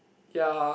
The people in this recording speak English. ya